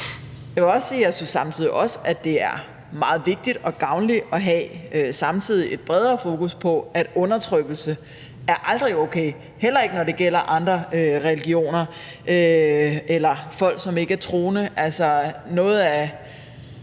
Jeg synes også, at det samtidig er meget vigtigt at have et bredere fokus på, at undertrykkelse aldrig er okay, heller ikke, når det gælder andre religioner eller folk, som ikke er troende.